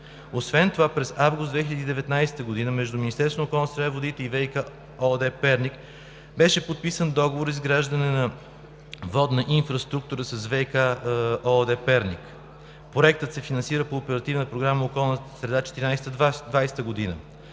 Освен това през август 2019 г. между Министерството на околната среда и водите и „ВиК“ ООД – Перник, беше подписан Договор за изграждане на водна инфраструктура с „ВиК“ ООД – Перник. Проектът се финансира по Оперативна програма „Околна среда 2014 – 2020“.